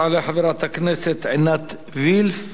תעלה חברת הכנסת עינת וילף,